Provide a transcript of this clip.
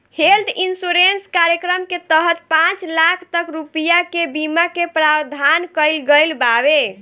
health insurance कार्यक्रम के तहत पांच लाख तक रुपिया के बीमा के प्रावधान कईल गईल बावे